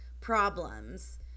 problems